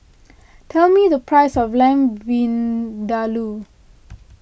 tell me the price of Lamb Vindaloo